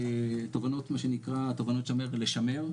תובנות מה שנקרא לשמר,